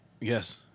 Yes